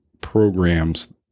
programs